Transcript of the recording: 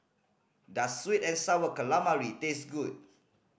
does sweet and Sour Calamari taste good